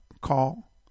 call